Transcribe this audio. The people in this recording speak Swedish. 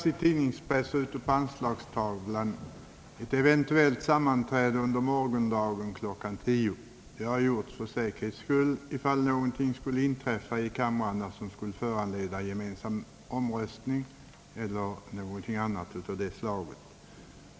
I tidningspressen och på anslagstavlorna har annonserats ett eventuellt sammanträde under morgondagen kl. 10. Det har gjorts för säkerhets skull för den händelse något skulle inträffa i kamrarna som skulle föranleda en ge mensam votering.